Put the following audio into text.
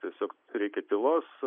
tiesiog reikia tylos